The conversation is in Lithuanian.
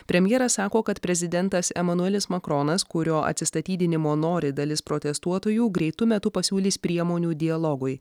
premjeras sako kad prezidentas emanuelis makronas kurio atsistatydinimo nori dalis protestuotojų greitu metu pasiūlys priemonių dialogui